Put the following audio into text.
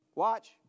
Watch